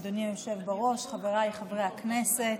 אדוני היושב בראש, חבריי חברי הכנסת,